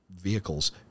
vehicles